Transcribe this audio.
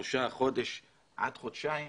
שלושה, חודש עד חודשיים